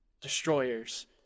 destroyers